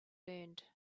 learned